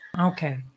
Okay